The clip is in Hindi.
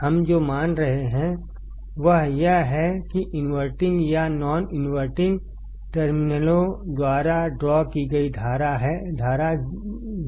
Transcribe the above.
हम जो मान रहे हैं वह यह है कि इनवर्टिंग या नॉन इनवर्टिंग टर्मिनलों द्वारा ड्रा की गई धारा 0 है